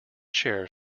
chair